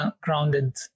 grounded